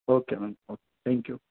okay ma'am okay thank you